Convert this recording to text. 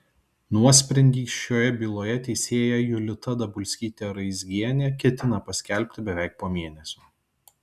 nuosprendį šioje byloje teisėja julita dabulskytė raizgienė ketina paskelbti beveik po mėnesio